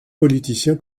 politicien